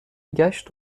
گشت